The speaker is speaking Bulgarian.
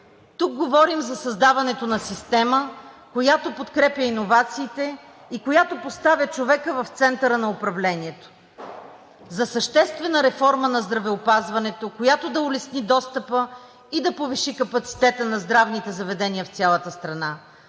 Тук говорим за създаването на система, която подкрепя иновациите и която поставя човека в центъра на управлението; а съществена реформа на здравеопазването, която да улесни достъпа и да повиши капацитета на здравните заведения в цялата страна,